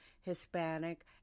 Hispanic